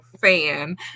fan